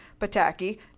Pataki